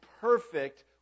perfect